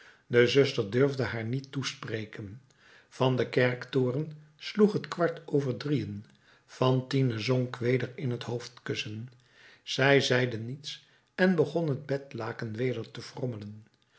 de zuster durfde haar niet toespreken van den kerktoren sloeg het kwart over drieën fantine zonk weder in het hoofdkussen zij zeide niets en begon het bedlaken weder te frommelen